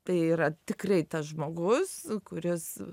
tai yra tikrai tas žmogus kuris